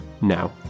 Now